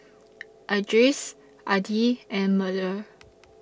Idris Adi and Melur